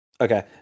okay